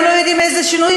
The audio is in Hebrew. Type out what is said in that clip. אתם לא יודעים איזה שינויים?